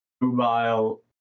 mobile